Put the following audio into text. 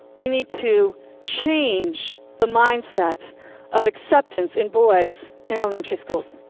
we need to change the mindset of acceptance in boys in elementary schools.